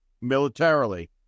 militarily